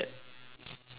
nine